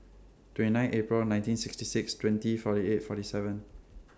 twenty nine April nineteen sixty six twenty forty eight forty seven